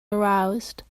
aroused